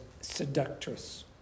seductress